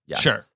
sure